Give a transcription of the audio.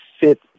fit